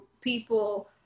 people